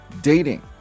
dating